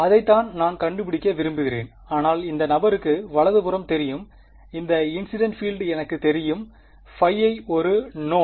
அதைத்தான் நான் கண்டுபிடிக்க விரும்புகிறேன் ஆனால் இந்த நபருக்கு வலது புறம் தெரியும் இந்த இன்சிடென்ட் பீல்ட் எனக்குத் தெரியும் ϕi ஒரு நோவ்ன்